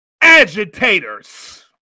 agitators